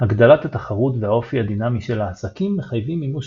הגדלת התחרות והאופי הדינאמי של העסקים מחייבים מימוש